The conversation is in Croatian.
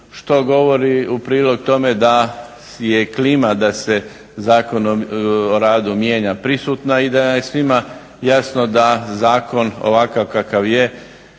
što govori u prilog tome da je klima da se Zakonom o radu mijenja prisutna i da je svima jasno da zakon ovakav kakav je